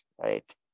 right